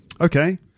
Okay